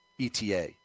ETA